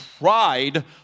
pride